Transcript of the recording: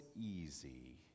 easy